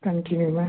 कंकिनी में